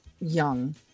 young